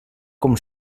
com